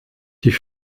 die